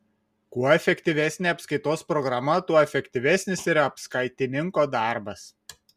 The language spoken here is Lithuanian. kuo efektyvesnė apskaitos programa tuo efektyvesnis ir apskaitininko darbas